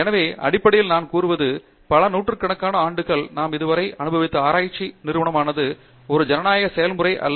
பானுகுமார் எனவே அடிப்படையில் நான் கூறுவது பல நூற்றுக்கணக்கான ஆண்டுகள் நாம் இதுவரை அனுபவித்த ஆராய்ச்சி நிறுவனமானது ஒரு ஜனநாயக செயல்முறை அல்ல